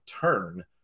turn